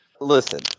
Listen